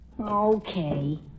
Okay